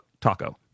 taco